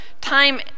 time